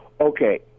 Okay